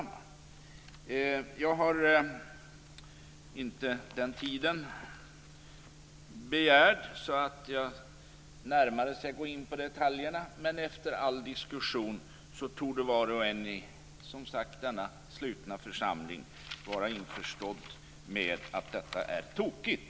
Jag har inte begärt så mycket tid att jag närmare skall gå in på detaljerna. Men efter all diskussion torde var och en i denna slutna församling vara införstådd med att detta är tokigt.